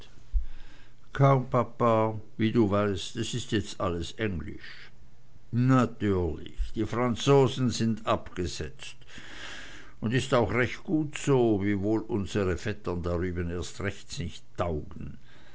wie du weißt es ist jetzt alles englisch natürlich die franzosen sind abgesetzt und ist auch recht gut so wiewohl unsre vettern drüben erst recht nichts taugen